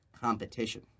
competition